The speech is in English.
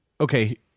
okay